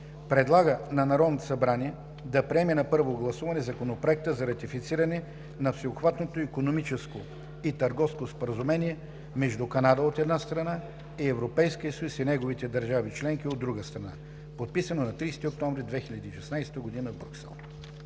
Предлага на Народното събрание да приеме на първо гласуване Законопроекта за ратифициране на Всеобхватното икономическо и търговско споразумение между Канада, от една страна, и Европейския съюз и неговите държави членки, от друга страна, подписано на 30 октомври 2016 г. в Брюксел.“